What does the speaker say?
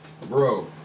Bro